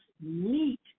meet